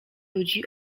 ludzi